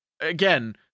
Again